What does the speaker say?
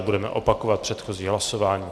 Budeme opakovat předchozí hlasování.